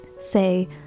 say